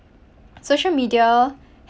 social media